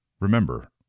Remember